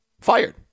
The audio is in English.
Fired